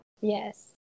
yes